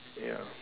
ya